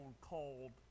called